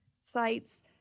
sites